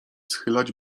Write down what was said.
schylać